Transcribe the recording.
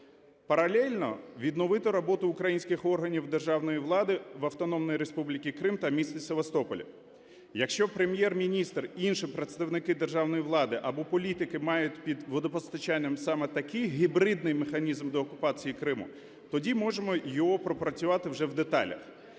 паралельно відновити роботу українських органів державної влади в Автономній Республіці Крим та місті Севастополі. Якщо Прем'єр-міністр і інші представники державної влади або політики мають під водопостачанням саме такий гібридний механізм деокупації Криму, тоді можемо його пропрацювати вже в деталях.